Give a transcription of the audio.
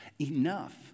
Enough